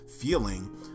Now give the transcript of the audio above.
feeling